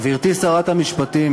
גברתי שרת המשפטים,